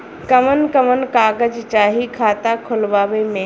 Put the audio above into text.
कवन कवन कागज चाही खाता खोलवावे मै?